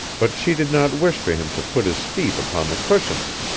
but she did not wish for him to put his feet upon the cushions